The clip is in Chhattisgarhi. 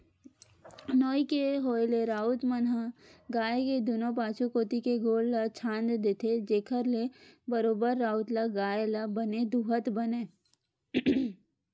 नोई के होय ले राउत मन ह गाय के दूनों पाछू कोती के गोड़ ल छांद देथे, जेखर ले बरोबर राउत ल गाय ल बने दूहत बनय